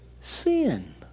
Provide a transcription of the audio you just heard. sin